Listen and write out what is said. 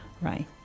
right